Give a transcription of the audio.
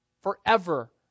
Forever